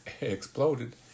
exploded